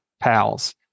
pals